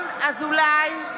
בושה.